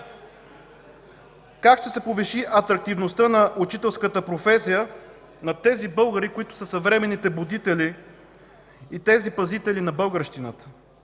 Как ще се повиши атрактивността на учителската професия – на тези българи, които са съвременните будители и пазители на българщината?